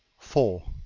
four.